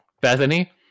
Bethany